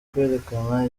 kwerekana